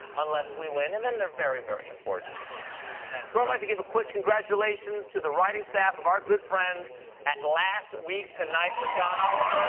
unless we win, and then they're very, very important. so, i'd like to give a quick congratulations to the writing staff of our good friends last week tonight, with john oliver,